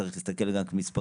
צריך להסתכל רק מספרית,